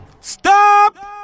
Stop